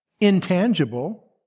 intangible